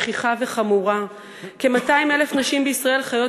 רק 350 נשים מכהנות כחברות מועצת עיר מתוך כ-3,000 חברי מועצת עיר,